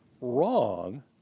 wrong